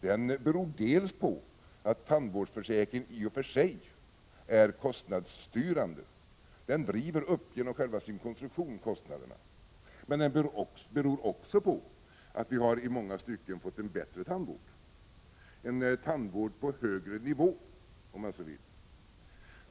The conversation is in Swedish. Den beror bl.a. på att tandvårdsförsäkringen i och för sig är kostnadsstyrande. Den driver genom sin konstruktion upp kostnaderna. Men den beror också på att vi i många stycken har fått en bättre tandvård, en tandvård på högre nivå, om man så vill.